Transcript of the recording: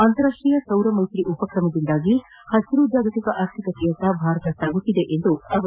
ಅಂತಾರಾಷ್ಟೀಯ ಸೌರ ಮೈತ್ರಿ ಉಪಕ್ರಮದಿಂದಾಗಿ ಹಸಿರು ಜಾಗತಿಕ ಆರ್ಥಿಕತೆಯತ್ತ ಭಾರತ ಸಾಗುತ್ತಿದೆ ಎಂದರು